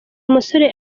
musore